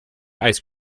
ice